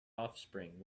offspring